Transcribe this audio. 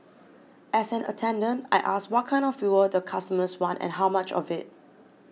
as an attendant I ask what kind of fuel the customers want and how much of it